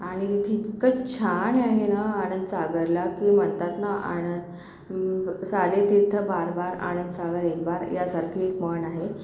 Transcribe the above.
आणि इतकं छान आहे ना आनंदसागरला की म्हणतात ना आणं सारे तीर्थ बार बार आनंदसागर एक बार यासारखी एक म्हण आहे